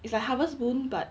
it's like harvest moon but